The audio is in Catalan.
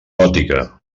gòtica